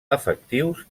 efectius